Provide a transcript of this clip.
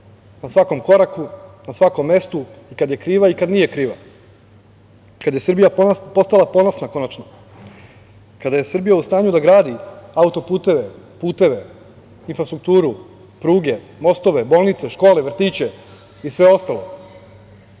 na svakom koraku, na svakom mestu i kada je kriva i kada nije kriva, kada je Srbija postala ponosna konačno, kada je Srbija u stanju da gradi auto puteve, puteve, infrastrukturu, pruge, mostove, bolnice, škole, vrtiće i sve ostalo,